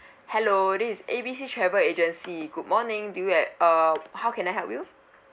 hello this is A B C travel agency good morning do you ha~ uh how can I help you